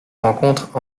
rencontre